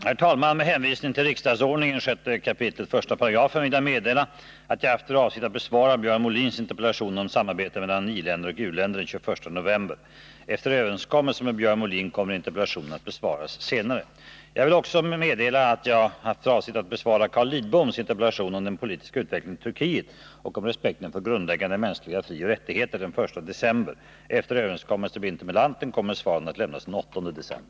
Herr talman! Med hänvisning till riksdagsordningen 6 kap. 1§ vill jag meddela att jag hade för avsikt att den 21 november besvara Björn Molins interpellation om samarbetet mellan i-länder och u-länder. Efter överenskommelse med Björn Molin kommer interpellationen att besvaras senare. Jag vill också meddela att jag hade för avsikt att den 1 december besvara Carl Lidboms interpellationer om den politiska utvecklingen i Turkiet och om respekten för grundläggande mänskliga frioch rättigheter. Efter överenskommelse med interpellanten kommer svaren att lämnas den 8 december.